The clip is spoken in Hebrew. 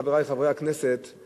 חברי חברי הכנסת,